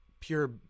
pure